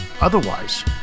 Otherwise